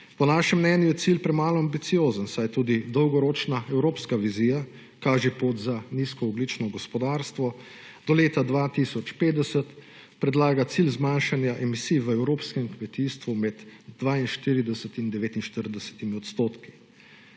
Po našem mnenju je cilj premalo ambiciozen, saj tudi dolgoročna evropska vizija kaže pot za nizkooglično gospodarstvo. Do leta 2050 predlaga cilj zmanjšanja emisij v evropskem kmetijstvu med 42 in 49 odstotki.